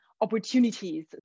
opportunities